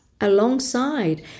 alongside